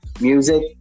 music